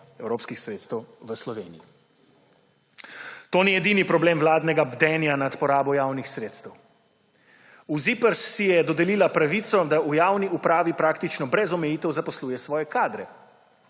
evropskih sredstev v Sloveniji. To ni edini problem vladnega bdenja nad porabo javnih sredstev. V ZIPRS si je dodelila pravico, da v javni upravi praktično brez omejitev zaposluje svoje kadre.